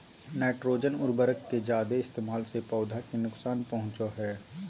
nitrogen उर्वरक के जादे इस्तेमाल से पौधा के नुकसान पहुंचो हय